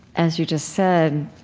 as you just said